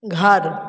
घर